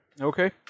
Okay